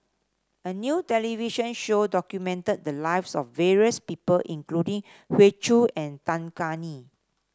a new television show documented the lives of various people including Hoey Choo and Tan Kah Kee